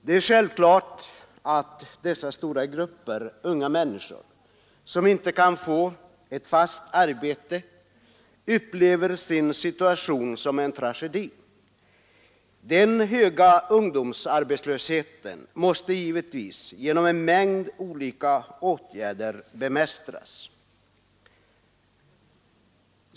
Det är självklart att dessa stora grupper unga människor som inte kan få ett fast arbete upplever sin situation som en tragedi. Den höga ungdomsarbetslösheten måste därför bemästras genom en mängd olika åtgärder.